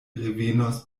revenos